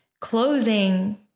closing